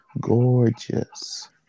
gorgeous